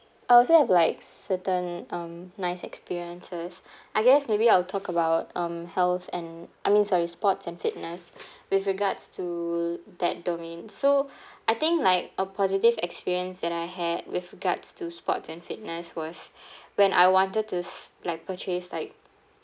I also have like certain um nice experiences I guess maybe I'll talk about um health and I mean sorry sports and fitness with regards to that domain so I think like a positive experience that I had with regards to sports and fitness was when I wanted to s~ like purchase like